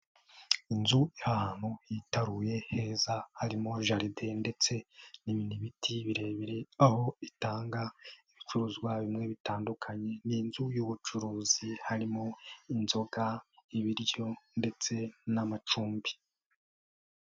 Inzu iri ahantu hitaruye heza harimo jaride ndetse n'ibindi biti birebire, aho itanga ibicuruzwa bimwe bitandukanye, ni inzu y'ubucuruzi harimo, inzoga, ibiryo, ndetse n'amacumbi.